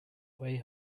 way